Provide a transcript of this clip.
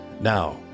Now